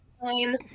fine